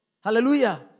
Hallelujah